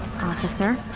Officer